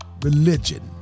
religion